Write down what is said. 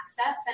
access